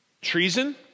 Treason